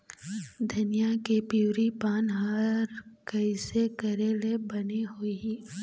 धनिया के पिवरी पान हर कइसे करेले बने होही?